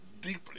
deeply